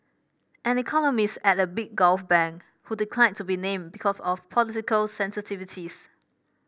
an economist at a big Gulf bank who declined to be named because of political sensitivities